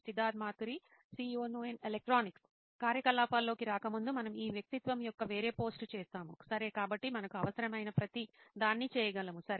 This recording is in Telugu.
సిద్ధార్థ్ మాతురి CEO నోయిన్ ఎలక్ట్రానిక్స్ కార్యకలాపాల్లోకి రాకముందు మనం ఈ వ్యక్తిత్వం యొక్క వేరే పోస్ట్ చేస్తాము సరే కాబట్టి మనకు అవసరమైన ప్రతిదాన్ని చేయగలము సరే